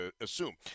assume